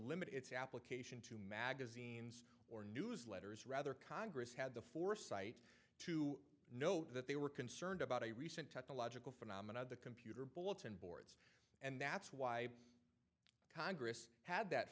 limit its application to magazine or newsletters rather congress had the foresight to know that they were concerned about a recent technological phenomenon the computer bulletin board and that's why congress had that